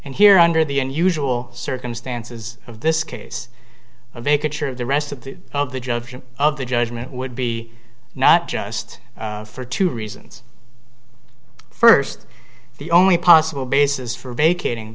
and here under the unusual circumstances of this case of a could sure of the rest of the of the judgment of the judgment would be not just for two reasons first the only possible basis for vacating